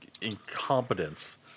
incompetence